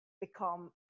become